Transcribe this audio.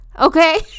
okay